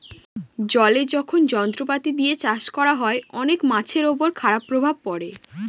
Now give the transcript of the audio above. জলে যখন যন্ত্রপাতি দিয়ে চাষ করা হয়, অনেক মাছের উপর খারাপ প্রভাব পড়ে